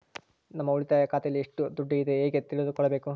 ನಮ್ಮ ಉಳಿತಾಯ ಖಾತೆಯಲ್ಲಿ ಎಷ್ಟು ದುಡ್ಡು ಇದೆ ಹೇಗೆ ತಿಳಿದುಕೊಳ್ಳಬೇಕು?